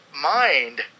mind